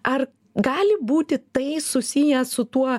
ar gali būti tai susiję su tuo